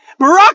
Barack